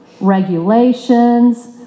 regulations